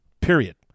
Period